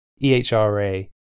EHRA